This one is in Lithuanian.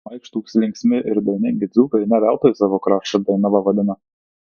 šmaikštūs linksmi ir dainingi dzūkai ne veltui savo kraštą dainava vadina